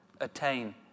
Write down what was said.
attain